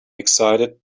excited